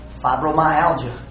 Fibromyalgia